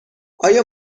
آیا